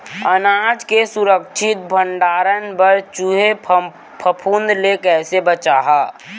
अनाज के सुरक्षित भण्डारण बर चूहे, फफूंद ले कैसे बचाहा?